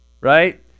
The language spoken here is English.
right